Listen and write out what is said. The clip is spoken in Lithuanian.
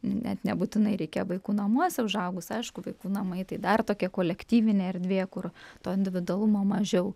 net nebūtinai reikia vaikų namuose užaugus aišku vaikų namai tai dar tokia kolektyvinė erdvė kur to individualumo mažiau